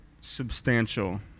substantial